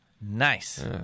Nice